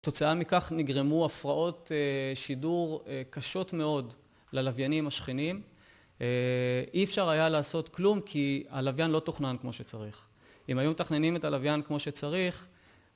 תוצאה מכך נגרמו הפרעות שידור קשות מאוד ללוויינים השכנים. אי אפשר היה לעשות כלום כי הלוויין לא תוכנן כמו שצריך. אם היו מתכננים את הלוויין כמו שצריך